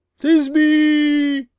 thisby.